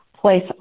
Place